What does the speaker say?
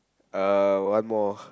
uh one more